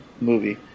movie